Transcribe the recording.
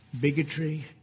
bigotry